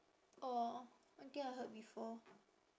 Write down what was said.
orh I think I heard before